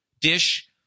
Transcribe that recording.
dish